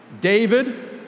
David